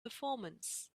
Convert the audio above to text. performance